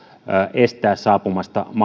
estää saapumasta